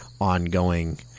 ongoing